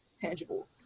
tangible